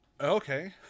Okay